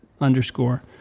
Underscore